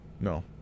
no